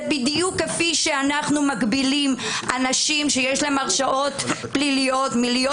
זה בדיוק כפי שאנו מגבילים אנשים שיש להם הרשעות פליליות מלהיות